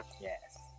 Yes